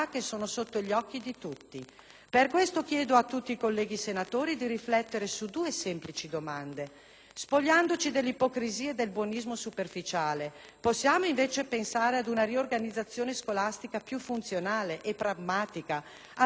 Per questo chiedo a tutti i colleghi senatori di riflettere su due semplici domande. Spogliandoci dell'ipocrisia e del buonismo superficiale, possiamo invece pensare ad una riorganizzazione scolastica più funzionale e pragmatica, al fine di aiutare gli alunni stranieri, che